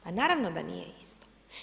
Pa naravno da nije isto.